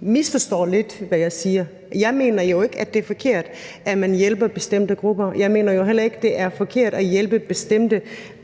misforstår lidt, hvad jeg siger. Jeg mener jo ikke, at det er forkert, at man hjælper bestemte grupper. Jeg mener jo heller ikke, at det er forkert at hjælpe bestemte grupper,